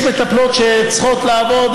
יש מטפלות שצריכות לעבוד,